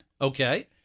Okay